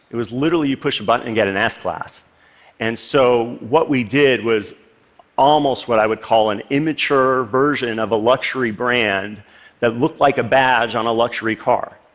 it was literally you push a button and get an ah s-class. and so what we did was almost what i would call an immature version of a luxury brand that looked like a badge on a luxury car.